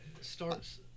starts